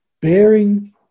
bearing